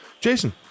Jason